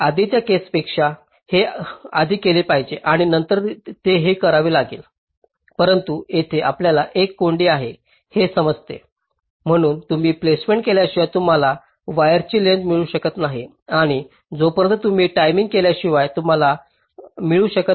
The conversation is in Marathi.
आधीच्या केसापेक्षा हे आधी केले पाहिजे आणि नंतर हे करावे लागेल परंतु येथे आपल्याला एक कोंडी आहे हे समजते म्हणून तुम्ही प्लेसमेंट केल्याशिवाय तुम्हाला वायर्सची लेंग्थस मिळू शकत नाही आणि जोपर्यंत तुम्ही टायमिंग केल्याशिवाय तुम्हाला मिळू शकत नाही